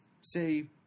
say